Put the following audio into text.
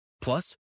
Plus